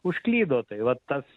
užklydo tai va tas